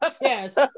Yes